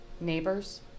Neighbors